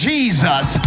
Jesus